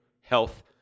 health